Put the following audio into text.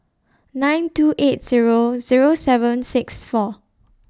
nine two eight Zero Zero seven six four